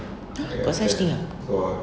!huh! got such thing ah